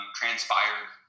transpired